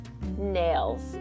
nails